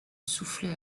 soufflet